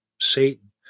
Satan